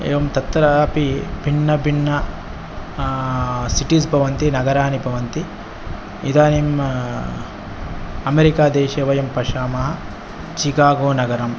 एवं तत्रापि भिन्न भिन्न सिटिस् भवन्ति नगरानि भवन्ति इदानीं अमेरिका देशे वयं पश्यामः चिकागो नगरं